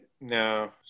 No